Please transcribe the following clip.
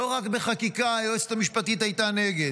לא רק בחקיקה היועצת המשפטית הייתה נגד,